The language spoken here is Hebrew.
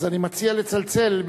אז אני מציע לצלצל.